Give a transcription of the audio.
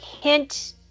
hint